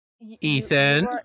Ethan